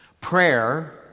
Prayer